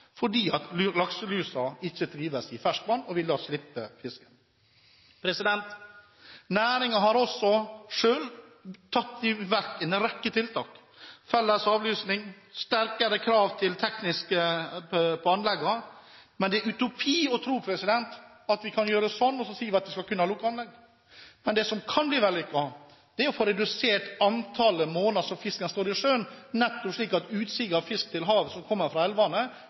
lakselusa ikke trives i ferskvann og da vil slippe fisken. Næringen har også selv satt i verk en rekke tiltak, som felles avlusning og sterkere krav til det tekniske ved anleggene, men det er utopi å tro at vi kan knipse og si at vi skal kunne ha lukkede anlegg. Men det som kan bli vellykket, er å få redusert antall måneder som fisken står i sjøen, nettopp slik at utsig av fisk til havet, som kommer fra